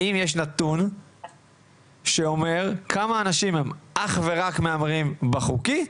האם יש נתון שאומר כמה אנשים הם אך ורק מהמרים בחוקי,